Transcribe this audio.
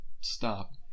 stop